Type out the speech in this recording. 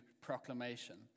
proclamation